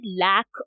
lack